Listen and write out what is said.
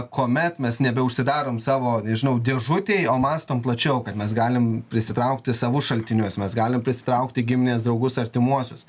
kuomet mes nebeužsidarom savo nežinau dėžutėj o mąstom plačiau kad mes galim prisitraukti savus šaltinius mes galim prisitraukti gimines draugus artimuosius